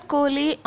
Kohli